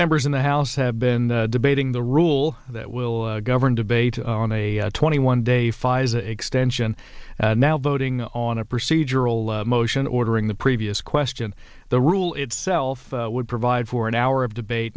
members in the house have been debating the rule that will govern debate on a twenty one day five days extension now voting on a procedural motion ordering the previous question the rule itself would provide for an hour of debate